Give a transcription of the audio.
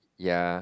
ya